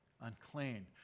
unclean